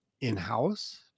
in-house